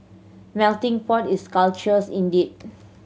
melting pot is cultures indeed